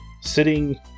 sitting